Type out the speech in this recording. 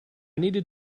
needed